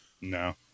No